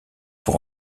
pour